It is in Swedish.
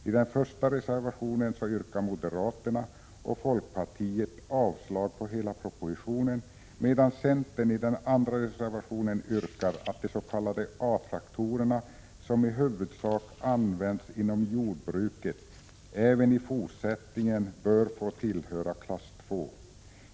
I den första reservationen yrkar moderaterna och folkpartiet avslag på hemställan i betänkandet med anledning av propositionen, medan centern i den andra reservationen yrkar att de s.k. A-traktorerna, som i huvudsak används inom jordbruket, även i fortsättningen bör få tillhöra klass II.